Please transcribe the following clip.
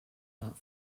not